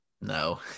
No